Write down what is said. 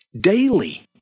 Daily